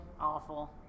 Awful